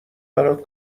برات